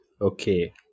Okay